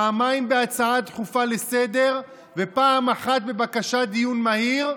פעמיים בהצעה דחופה לסדר-היום ופעם אחת בבקשה לדיון מהיר,